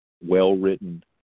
well-written